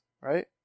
right